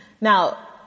Now